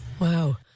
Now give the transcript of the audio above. Wow